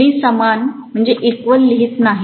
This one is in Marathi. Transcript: मी समान लिहित नाही